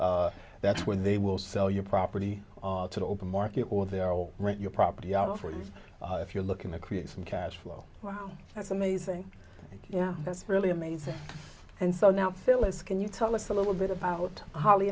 units that's where they will sell your property to the open market or they're all right your property out for you if you're looking to create some cash flow wow that's amazing yeah that's really amazing and so now phyllis can you tell us a little bit about holly